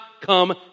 come